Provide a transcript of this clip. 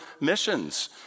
missions